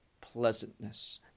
pleasantness